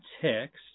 text